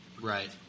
Right